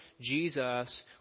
Jesus